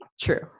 true